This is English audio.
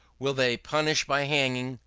will they punish by hanging,